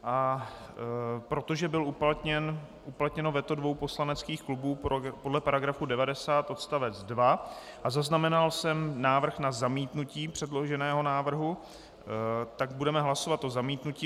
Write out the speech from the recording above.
A protože bylo uplatněno veto dvou poslaneckých klubů podle § 90 odst. 2 a zaznamenal jsem návrh na zamítnutí předloženého návrhu, tak budeme hlasovat o zamítnutí.